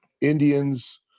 Indians